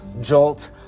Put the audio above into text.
Jolt